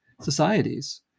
societies